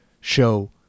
show